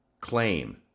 claim